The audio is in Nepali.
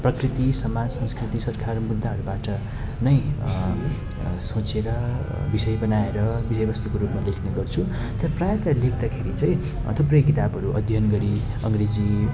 प्रकृति समाज संस्कृति सरकार मुद्दाहरूबाट नै सोचेर विषय बनाएर विषयवस्तुको रूपमा लेख्ने गर्छु तर प्रायः त्यहाँ लेख्दाखेरि चाहिँ थुप्रै किताबहरू अध्ययन गरी अङ्ग्रेजी